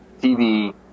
tv